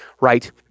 right